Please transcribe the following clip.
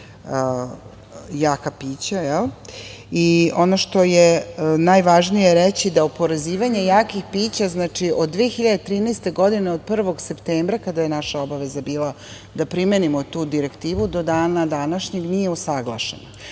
i ono što je najvažnije reći da oporezivanje jakih pića, znači, od 2013. godine, od 1. septembra kada je naša obaveza bila da primenimo tu direktivu do dana današnjeg nije usaglašen. To